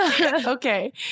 Okay